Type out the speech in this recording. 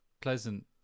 pleasant